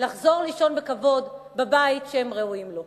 לחזור לישון בכבוד בבית שהם ראויים לו.